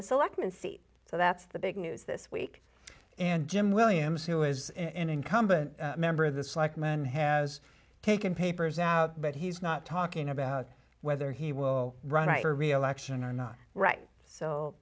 selectmen seat so that's the big news this week and jim williams who is an incumbent member of this like man has taken papers out but he's not talking about whether he will run right or reelection or not right so